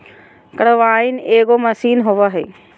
combine एगो machine होबा हइ